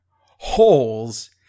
holes